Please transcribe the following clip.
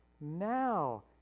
now